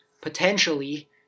potentially